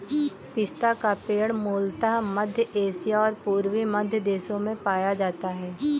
पिस्ता का पेड़ मूलतः मध्य एशिया और पूर्वी मध्य देशों में पाया जाता है